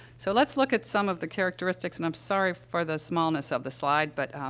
so, let's look at some of the characteristics, and i'm sorry for the smallness of the slide, but,